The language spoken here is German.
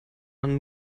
man